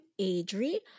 adri